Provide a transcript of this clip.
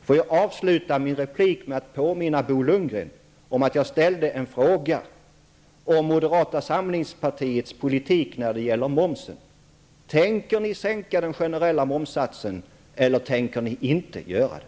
Får jag avsluta min replik med att påminna Bo Lundgren om att jag ställde en fråga om moderata samlingspartiets politik när det gäller momsen. Tänker ni sänka den generella momssatsen, eller tänker ni inte göra det?